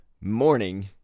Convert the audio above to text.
morning